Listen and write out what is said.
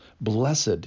Blessed